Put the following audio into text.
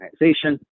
organization